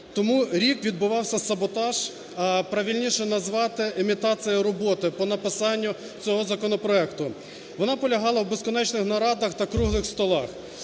Тому рік відбувався саботаж, а правильніше назвати імітація роботи по написанню цього законопроекту, вона полягала в безконечних нарадах та круглих столах.